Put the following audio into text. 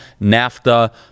NAFTA